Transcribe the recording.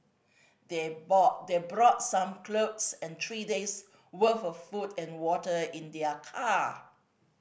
they bought brought some clothes and three days worth of food and water in their car